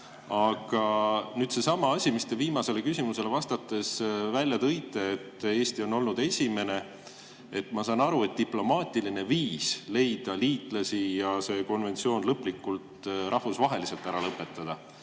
nüüd seesama asi, mida te viimasele küsimusele vastates välja tõite, et Eesti on olnud esimene. Ma saan aru, et diplomaatiline viis leida liitlasi ja see konventsioon rahvusvaheliselt lõplikult